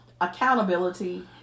accountability